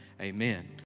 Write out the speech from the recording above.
amen